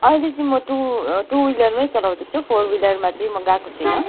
अहिले चाहिँ म टु टु ह्विलर नै चलाउँदैछु फोर ह्विलरमा चाहिँ म गएको छुइनँ